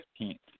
15th